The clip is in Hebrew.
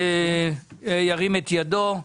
ירים את ידו,